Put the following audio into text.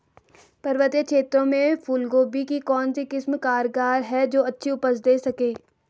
पर्वतीय क्षेत्रों में फूल गोभी की कौन सी किस्म कारगर है जो अच्छी उपज दें सके?